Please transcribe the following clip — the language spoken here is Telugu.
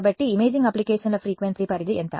కాబట్టి ఇమేజింగ్ అప్లికేషన్ల ఫ్రీక్వెన్సీ పరిధి ఎంత